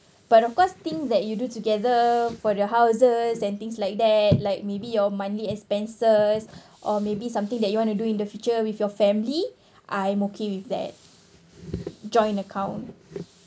but of course things that you do together for the houses and things like that like maybe your monthly expenses or maybe something that you want to do in the future with your family I'm okay with that joint account